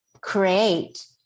create